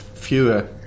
Fewer